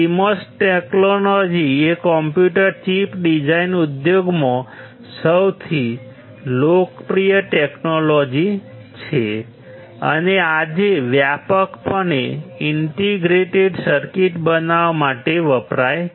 CMOS technology એ computer chip design ઉદ્યોગમાં સૌથી લોકપ્રિય ટેકનોલોજી છે અને આજે વ્યાપકપણે ઇન્ટિગ્રેટેડ સર્કિટ બનાવવા માટે વપરાય છે